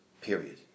Period